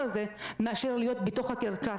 מרמה והפרת